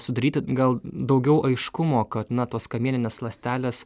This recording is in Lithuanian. sudaryti gal daugiau aiškumo kad na tos kamieninės ląstelės